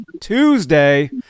Tuesday